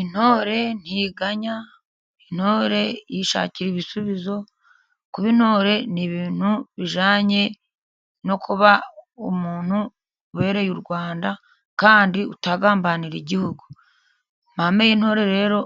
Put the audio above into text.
Intore ntiganya， intore yishakira ibisubizo. Kuba intore ni ibintu bijyanye no kuba umuntu ubereye u Rwanda， kandi utagambanira igihugu. Amahame y'intore rero，